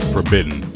Forbidden